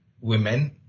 women